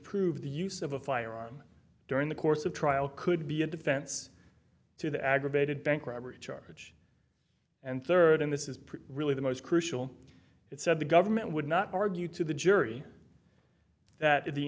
prove the use of a firearm during the course of trial could be a defense to the aggravated bank robbery charge and third and this is pretty really the most crucial it said the government would not argue to the jury that